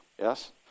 Yes